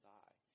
die